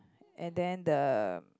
and then the